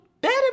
better